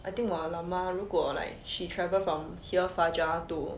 I think 我老妈如果 she travel from here fajar to